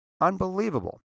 Unbelievable